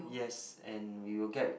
yes and we will get